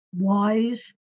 wise